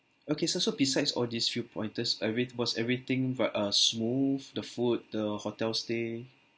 okay so so besides all these few pointers uh ever~ was everything vi~ uh smooth the food the hotel stay